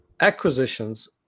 acquisitions